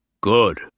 Good